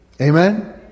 Amen